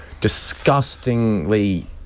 disgustingly